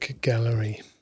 Gallery